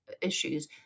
issues